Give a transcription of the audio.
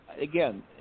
again